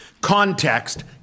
context